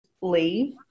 leave